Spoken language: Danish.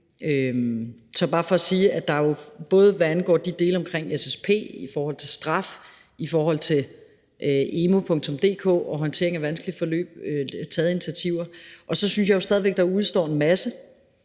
er bare for at sige, at der jo både, hvad angår de dele omkring SSP, i forhold til straf, i forhold til emu.dk og håndtering af vanskelige forløb er taget initiativer, og så synes jeg jo stadig væk, at der udestår en masse.